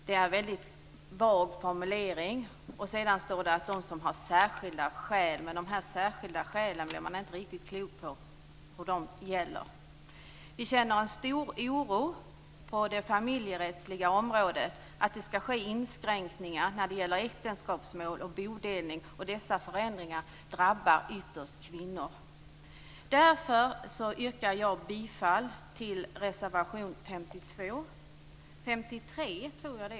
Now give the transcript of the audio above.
Det är en väldigt vag formulering. Sedan står det om dem som har särskilda skäl. Men i fråga om de här särskilda skälen blir man inte riktigt klok på vad som gäller. Vi känner en stor oro på det familjerättsliga området. Oron gäller att det skall ske inskränkningar när det gäller äktenskapsmål och bodelning. Dessa förändringar drabbar ytterst kvinnor. Därför yrkar jag bifall till reservation 53.